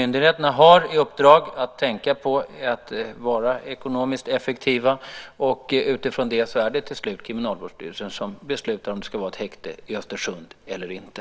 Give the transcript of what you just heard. Myndigheterna har i uppdrag att vara ekonomiskt effektiva. Utifrån det är det till slut Kriminalvårdsstyrelsen som beslutar om det ska vara ett häkte i Östersund eller inte.